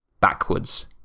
backwards